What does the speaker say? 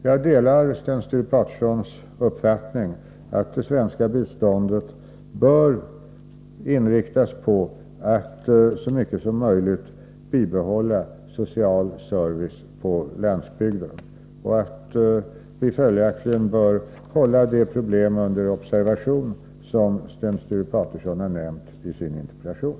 Jag delar Sten Sture Patersons uppfattning att det svenska biståndet bör inriktas på att så mycket som möjligt bibehålla social service på landsbygden och att vi följaktligen bör hålla de problem under observation som Sten Sture Paterson har nämnt i sin interpellation.